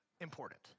important